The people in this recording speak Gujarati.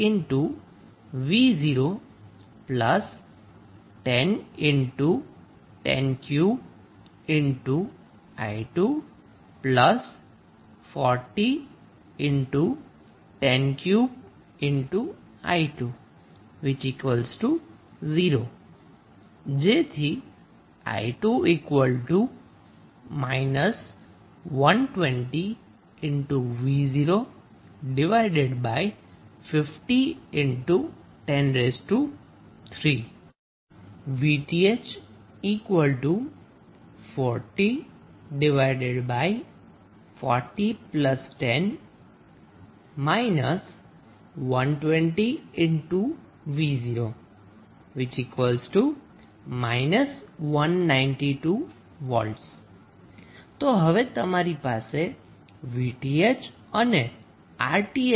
120v0 10103i2 40103i2 0 i2 120v050103 આમ VTh 4040 10 120v0 192V તો હવે તમારી પાસે 𝑉𝑇ℎ અને 𝑅𝑇ℎ છે